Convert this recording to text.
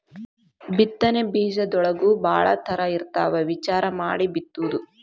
ಬಿತ್ತನೆ ಬೇಜದೊಳಗೂ ಭಾಳ ತರಾ ಇರ್ತಾವ ವಿಚಾರಾ ಮಾಡಿ ಬಿತ್ತುದು